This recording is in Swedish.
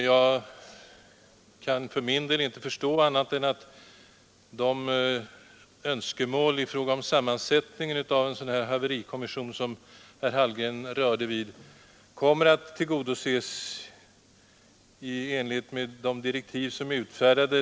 Jag kan för min del inte förstå annat än att de önskemål i fråga om sammansättningen av en haverikommission som herr Hallgren rörde vid kommer att tillgodoses i enlighet med de direktiv som är utfärdade.